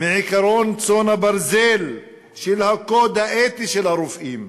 מעקרון צאן הברזל של הקוד האתי של הרופאים.